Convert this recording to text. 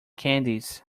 candies